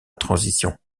transition